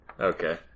Okay